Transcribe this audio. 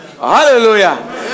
Hallelujah